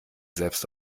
selbst